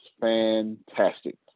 fantastic